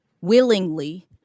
willingly